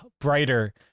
brighter